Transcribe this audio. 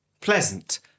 Pleasant